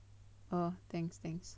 oh thanks thanks